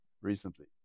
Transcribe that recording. recently